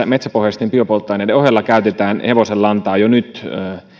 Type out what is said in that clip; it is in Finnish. metsäpohjaisten biopolttoaineiden ohella käytetään muun muassa hevosenlantaa jo nyt